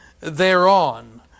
thereon